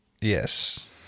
Yes